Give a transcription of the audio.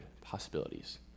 possibilities